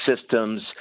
systems